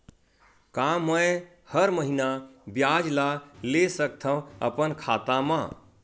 का मैं हर महीना ब्याज ला ले सकथव अपन खाता मा?